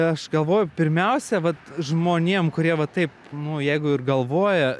aš galvoju pirmiausia vat žmonėm kurie va taip nu jeigu ir galvoja